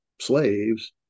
slaves